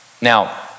Now